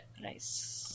Nice